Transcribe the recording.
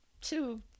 two